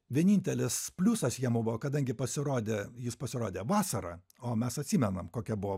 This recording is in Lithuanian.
vienintelis pliusas jam buvo kadangi pasirodė jis pasirodė vasarą o mes atsimenam kokia buvo